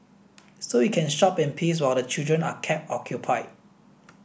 so you can shop in peace while the children are kept occupied